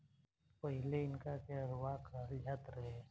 पहिले इनका के हरवाह कहल जात रहे